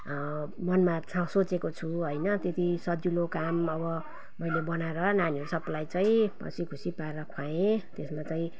मनमा छ सोचेको छु होइन त्यति सजिलो काम अब मैले बनाएर नानीहरू सबलाई चाहिँ बसी खुसी पारेर खुवाएँ त्यसमा चाहिँ